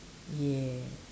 yeah